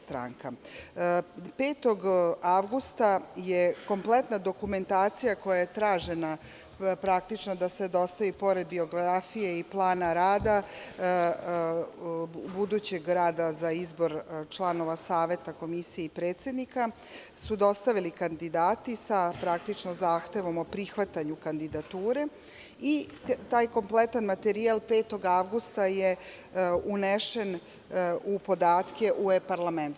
Petog avgusta je kompletna dokumentacija koja je tražena praktično da se dostavi, pored biografije i plana rada, budućeg rada za izbor članova Saveta Komisije i predsednika su dostavili kandidati sa zahtevom o prihvatanju kandidature i taj kompletan materijal 5. avgusta je unesen u podatke u e-parlament.